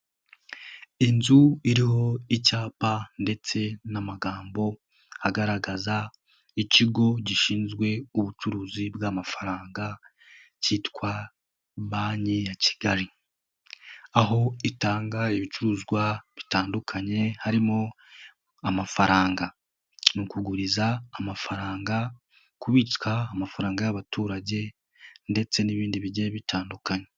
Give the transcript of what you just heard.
Inzu iriho icyapa ndetse n'amagambo agaragaza ikigo gishinzwe ubucuruzi bw'amafaranga kitwa Banki ya Kigali, aho itanga ibicuruzwa bitandukanye harimo amafaranga, mu kuguriza amafaranga kubika amafaranga y'abaturage ndetse n'ibindi bigiye bitandukanye.